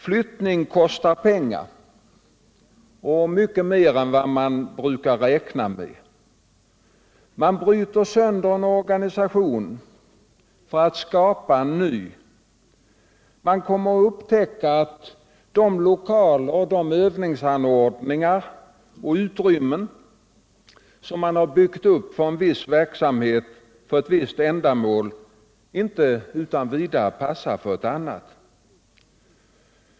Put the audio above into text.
Flyttning kostar pengar — och mycket mer än man brukar räkna med. Man bryter sönder en organisation för att skapa en ny. Man kommer att upptäcka att de lokaler, övningsanordningar och utrymmen som man har byggt upp för en viss verksamhet och ett visst ändamål inte utan vidare passar för annat.